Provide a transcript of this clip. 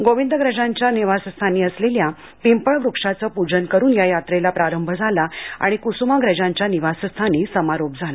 गोविंदाग्रजांच्या निवासस्थानी असलेल्या पिंपळ वृक्षाचं पूजन करुन या यात्रेला प्रारंभ झाला आणि कुसुमाग्रजांच्या निवासस्थानी समारोप झाला